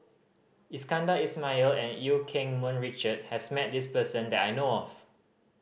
Iskandar Ismail and Eu Keng Mun Richard has met this person that I know of